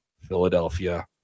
Philadelphia